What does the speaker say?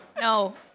No